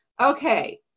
Okay